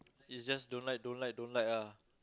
is just don't like don't like don't like ah